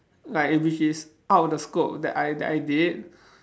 like which is out of the scope that I that I did